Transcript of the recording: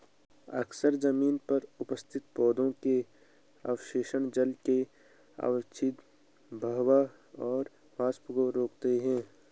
अक्सर जमीन पर उपस्थित पौधों के अवशेष जल के अवांछित बहाव और वाष्पन को रोकते हैं